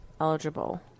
eligible